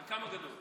חלקם הגדול.